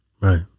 Right